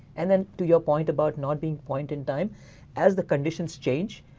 and then to your point about not being point in time as the conditions change,